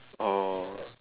oh